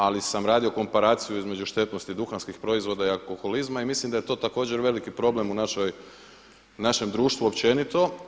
Ali sam radio komparaciju između duhanskih proizvoda i alkoholizma i mislim da je to također veliki problem u našem društvu općenito.